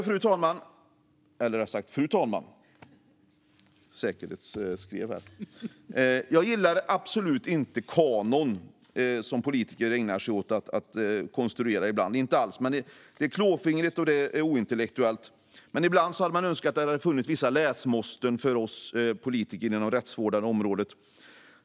Fru talman! Jag gillar absolut inte kanon, som politiker ibland ägnar sig åt att konstruera. Det är klåfingrigt och ointellektuellt. Ibland hade jag dock önskat att det fanns vissa läsmåsten för oss politiker på det rättsvårdande området.